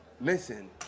Listen